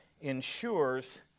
ensures